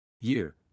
Year